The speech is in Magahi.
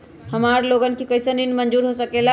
हमार लोगन के कइसन ऋण मंजूर हो सकेला?